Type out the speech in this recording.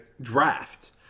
draft